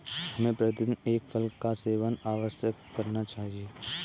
हमें प्रतिदिन एक फल का सेवन अवश्य करना चाहिए